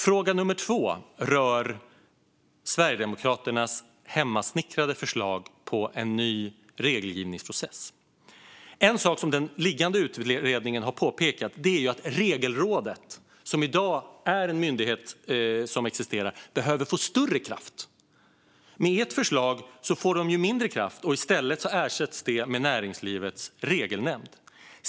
Min andra fråga rör Sverigedemokraternas hemmasnickrade förslag om en ny regelgivningsprocess. Något den liggande utredningen har påpekat är att Regelrådet behöver få mer kraft, men med ert förslag får rådet mindre kraft och ersätts med Näringslivets Regelnämnd.